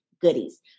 goodies